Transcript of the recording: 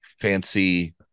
Fancy